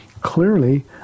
clearly